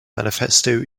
manifesto